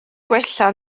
gwella